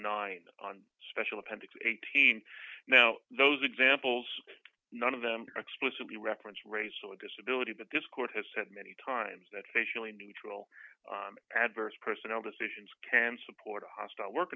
nine on special appendix eighteen now those examples none of them explicitly reference race or disability but this court has said many times that facially neutral adverse personal decisions can support a hostile work